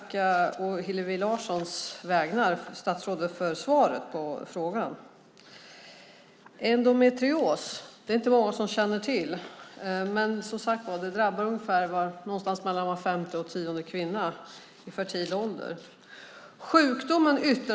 Då Hillevi Larsson, som framställt interpellationen, anmält att hon var förhindrad att närvara vid sammanträdet medgav tredje vice talmannen att Eva-Lena Jansson i stället fick delta i överläggningen.